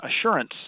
assurance